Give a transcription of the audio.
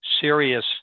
serious